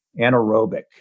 anaerobic